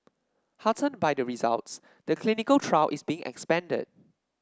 heartened by the results the clinical trial is being expanded